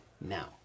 now